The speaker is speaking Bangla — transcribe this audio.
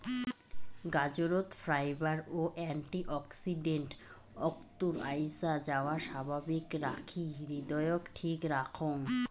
গাজরত ফাইবার ও অ্যান্টি অক্সিডেন্ট অক্তর আইসাযাওয়া স্বাভাবিক রাখি হৃদয়ক ঠিক রাখং